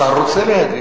השר רוצה להגיב.